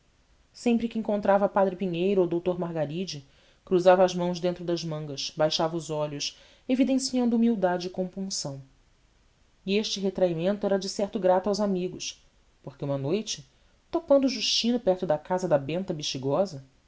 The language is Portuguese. sempre que encontrava padre pinheiro ou doutor margaride cruzava as mãos dentro das mangas baixava os olhos evidencianlo humildade e compunção e este retraimento era decerto grato aos amigos porque uma noite topando o justino perto da casa da benta bexigosa